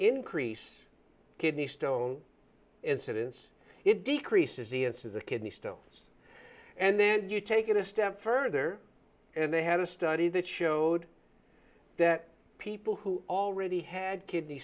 increase kidney stone incidence it decreases the answer the kidney stones and then you take it a step further and they had a study that showed that people who already had kidney